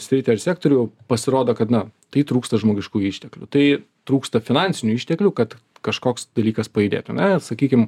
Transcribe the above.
sritį ar sektorių pasirodo kad na tai trūksta žmogiškųjų išteklių tai trūksta finansinių išteklių kad kažkoks dalykas pajudėtų ane sakykim